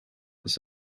this